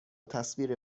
تصویر